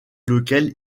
lequel